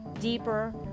deeper